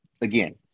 again